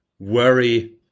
Worry